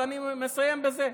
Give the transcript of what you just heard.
אז אני מסיים בזה,